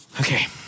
Okay